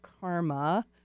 karma